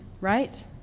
right